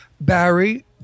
Barry